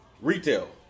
retail